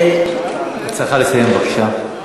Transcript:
את צריכה לסיים, בבקשה.